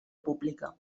pública